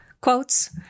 Quotes